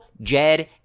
Jed